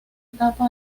etapa